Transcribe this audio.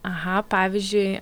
aha pavyzdžiui